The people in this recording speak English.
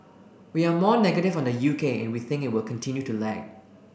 we are more negative on the UK and we think it will continue to lag